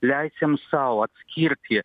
leidžiam sau atskirti